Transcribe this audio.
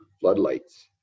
floodlights